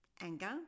anger